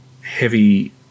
heavy